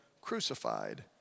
crucified